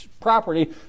property